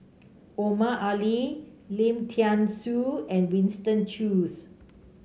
Omar Ali Lim Thean Soo and Winston Choos